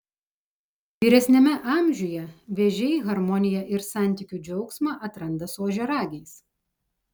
vyresniame amžiuje vėžiai harmoniją ir santykių džiaugsmą atranda su ožiaragiais